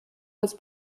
was